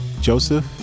Joseph